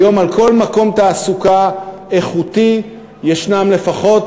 היום על כל מקום תעסוקה איכותי ישנם לפחות,